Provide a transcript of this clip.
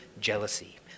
jealousy